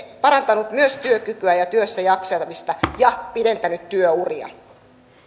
parantanut myös työkykyä ja työssäjaksamista ja pidentänyt työuria